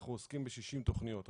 אנחנו עוסקים ב-60 תכניות.